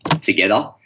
together